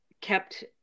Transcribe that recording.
kept